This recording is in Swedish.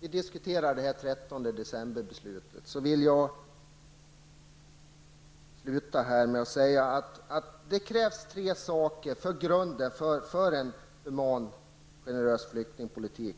sluta med att säga att det krävs tre saker för en human och generös flyktingpolitik.